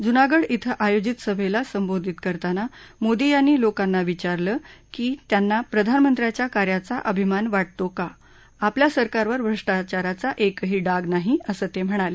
जुनागड इथं आयोजित सभेला संबोधित करताना मोदी यांनी लोकांना विचारलं की त्यांना प्रधानमंत्र्यांच्या कार्याचा अभिमान वाटतो का आपल्या सरकारवर भ्रष्टाचाराचा एकही डाग नाही असं ते म्हणाले